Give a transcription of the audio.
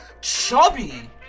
Chubby